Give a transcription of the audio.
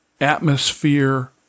atmosphere